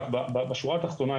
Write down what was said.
בשורה התחתונה,